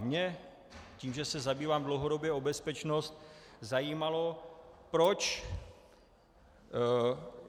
Mě tím, že se zabývám dlouhodobě bezpečností, zajímalo, proč